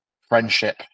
friendship